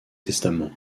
testament